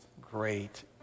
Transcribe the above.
great